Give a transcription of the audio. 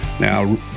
Now